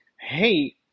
hey